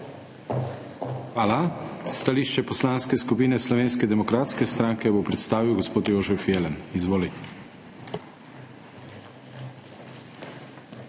Hvala. Stališče Poslanske skupine Slovenske demokratske stranke bo predstavil gospod Jožef Jelen. Izvoli.